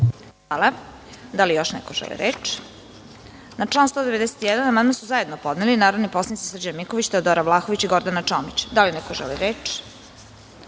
Kovač** Da li još neko želi reč? (Ne)Na član 191. amandman su zajedno podneli narodni poslanici Srđan Miković, Teodora Vlahović i Gordana Čomić. Da li neko želi reč?